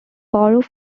borough